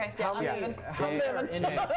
okay